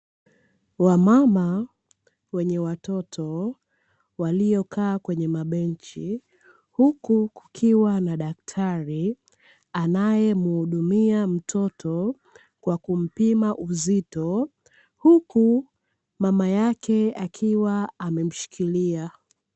Wamama wenye watoto waliokaa kwenye mabenchi. Huku kukiwa na dactari anayemuhudumia mtoto kwa kumpima uzito, huku mama yake akiwa amemshikilia.